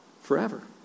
forever